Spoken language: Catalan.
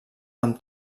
amb